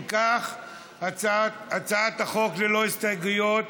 אם כך, אין הסתייגויות